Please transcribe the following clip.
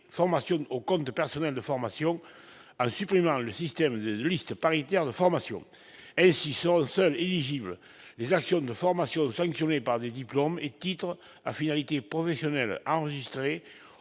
formations au compte personnel de formation en supprimant le système de listes paritaires de formations. Ainsi, seront seules éligibles les actions de formation sanctionnées par des diplômes et titres à finalité professionnelle enregistrés